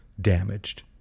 damaged